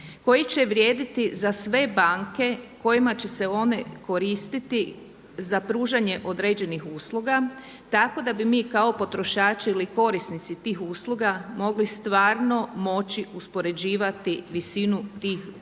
koji će vrijediti za sve banke kojima će se one koristiti za pružanje određenih usluga, tako da bi mi kao potrošači ili korisnici tih usluga mogli stvarno moći uspoređivati visinu tih usluga,